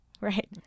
right